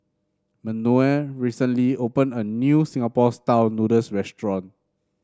Manuel recently opened a new Singapore style noodles restaurant